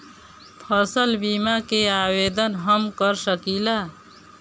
फसल बीमा के आवेदन हम कर सकिला?